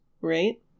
right